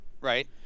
right